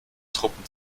truppen